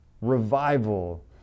revival